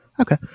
okay